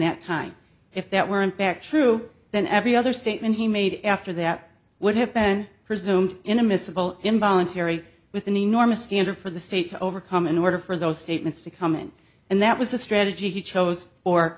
that time if that were impact true then every other statement he made after that would have been presumed in a miscible involuntary with an enormous standard for the state to overcome in order for those statements to come in and that was a strategy he chose or